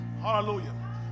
Hallelujah